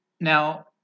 Now